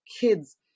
kids